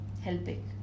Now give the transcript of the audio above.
helping